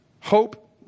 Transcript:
hope